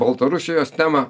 baltarusijos temą